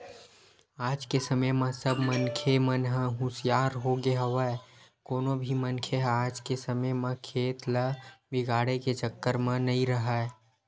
आज के समे म सब मनखे मन ह हुसियार होगे हवय कोनो भी मनखे ह आज के समे म खेत ल बिगाड़े के चक्कर म नइ राहय